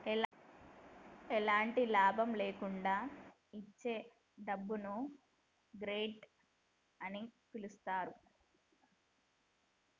ఎలాంటి లాభం లేకుండా ఇచ్చే డబ్బును గ్రాంట్ అని పిలుత్తారు